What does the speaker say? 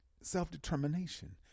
self-determination